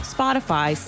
Spotify